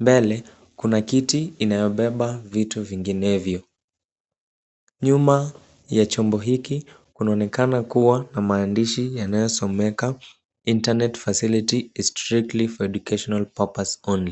Mbele kuna kiti inayobeba vitu vinginevyo. Nyuma ya chombo hiki kunaonekana kuwa na maandishi yanayosomeka Internet facility is strictly for educational purpose only.